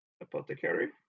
Apothecary